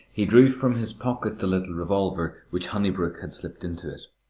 he drew from his pocket the little revolver which honeybrook had slipped into it.